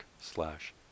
slash